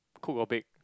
cook or bake